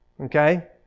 Okay